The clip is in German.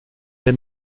der